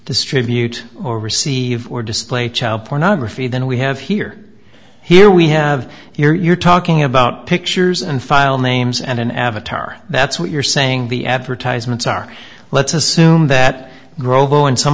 distribute or receive or display child pornography than we have here here we have if you're talking about pictures and file names and an avatar that's what you're saying the advertisements are let's assume that grove on some